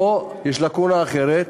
חוזר המנכ"ל הזה לא מטופל, או שיש לקונה אחרת,